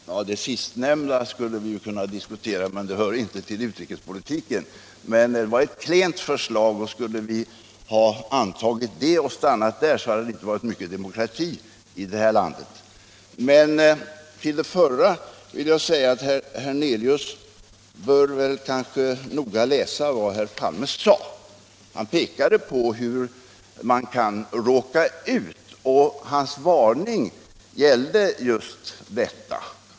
Herr talman! Det sistnämnda skulle vi ju kunna diskutera, men det hör inte till utrikespolitiken. Det var ändå ett klent förslag som då genomfördes, och om vi hade stannat vid det skulle det inte ha varit mycket av demokrati i det här landet. Vad gäller det första påpekandet vill jag säga att herr Hernelius kanske noggrannare bör läsa vad herr Palme sade. Denne pekade på vad man kan råka ut för i detta sammanhang, och hans varning gällde just detta.